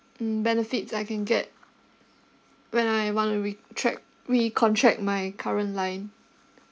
mm benefits I can get when I want to retract recontract my current line